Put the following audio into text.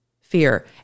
fear